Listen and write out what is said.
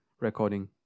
recording